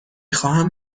خواهم